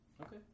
Okay